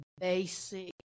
basic